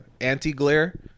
anti-glare